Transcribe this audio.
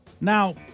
Now